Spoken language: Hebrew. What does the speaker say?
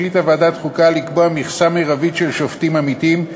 החליטה ועדת החוקה לקבוע מכסה מרבית של שופטים עמיתים,